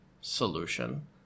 solution